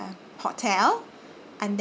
hotel and